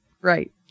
Right